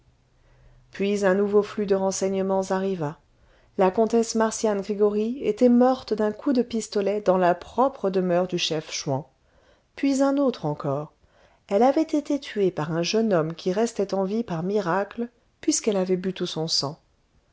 puis un nouveau flux de renseignements arriva la comtesse marcian gregoryi était morte d'un coup de pistolet dans la propre demeure du chef chouan puis un autre encore elle avait été tuée par un jeune homme qui restait en vie par miracle puisqu'elle avait bu tout son sang